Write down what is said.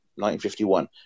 1951